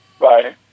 Bye